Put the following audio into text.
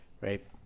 right